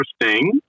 interesting